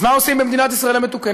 אז מה עושים במדינת ישראל המתוקנת?